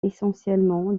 essentiellement